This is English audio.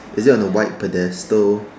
is it on the white pedestal